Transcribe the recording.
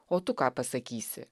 o tu ką pasakysi